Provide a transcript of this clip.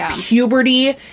Puberty